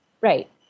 Right